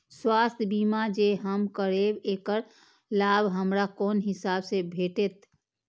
स्वास्थ्य बीमा जे हम करेब ऐकर लाभ हमरा कोन हिसाब से भेटतै?